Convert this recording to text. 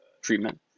treatment